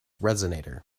resonator